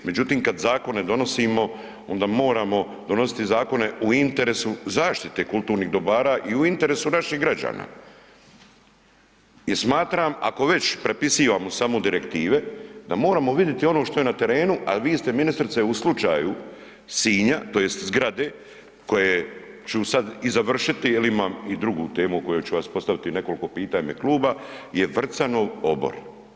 Međutim, kad zakone donosimo onda moramo donositi zakone u interesu zaštite kulturnih dobara i u interesu naših građana jer smatram ako već prepisivamo samo direktive, da moramo vidit i ono što je na terenu, al vi ste ministrice u slučaju Sinja tj. zgrade koje ću sad i završiti jel imam i drugu temu o kojoj ću vas postaviti nekoliko pitanja u ime kluba, je Vrcanov obor.